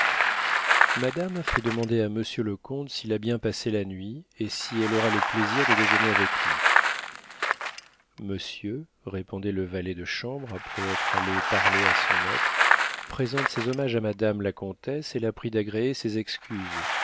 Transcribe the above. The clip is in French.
madame fait demander à monsieur le comte s'il a bien passé la nuit et si elle aura le plaisir de déjeuner avec lui monsieur répondait le valet de chambre après être allé parler à son maître présente ses hommages à madame la comtesse et la prie d'agréer ses excuses